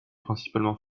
principalement